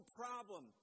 problem